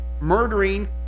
murdering